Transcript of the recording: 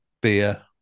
beer